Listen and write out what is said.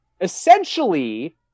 essentially